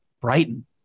Brighton